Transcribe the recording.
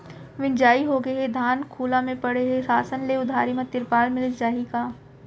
मिंजाई होगे हे, धान खुला म परे हे, शासन ले उधारी म तिरपाल मिलिस जाही का?